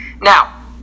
Now